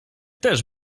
też